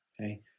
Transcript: Okay